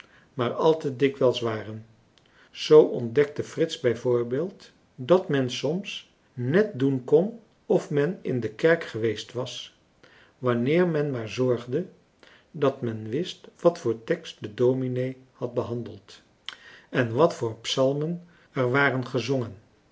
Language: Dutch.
maar al te dikwijls waren zoo ontdekte frits bijvoorbeeld dat men soms net doen kon of men in de kerk geweest was wanneer men maar zorgde dat men wist wat voor tekst de dominee had behandeld en wat voor psalmen er waren gezongen